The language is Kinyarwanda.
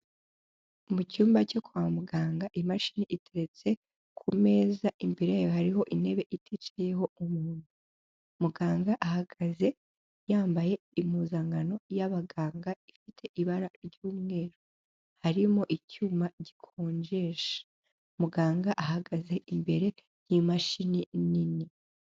Mu cyumba cyo kwa muganga imashini iteretse, ku meza imbere yayo hariho intebe iticayeho umuntu. Muganga ahagaze, yambaye impuzankano y'abaganga ifite ibara ry'umweru. Harimo icyuma gikonjesha. Muganga ahagaze imbere y'imashini nini.